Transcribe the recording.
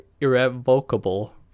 irrevocable